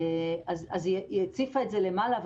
היא הציפה את זה למעלה.